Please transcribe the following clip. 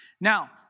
Now